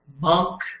monk